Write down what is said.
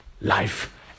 life